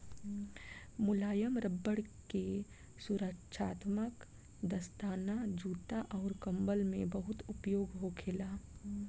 मुलायम रबड़ के सुरक्षात्मक दस्ताना, जूता अउर कंबल में बहुत उपयोग होखेला